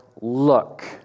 Look